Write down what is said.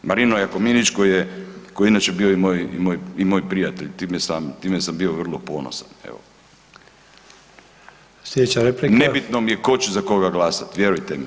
Marino Jakominić koji je inače bio i moj prijatelj, time sam bio vrlo ponosan, evo [[Upadica Sanader: Slijedeća replika …]] Nebitno mi je tko će za koga glasati, vjerujte mi.